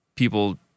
People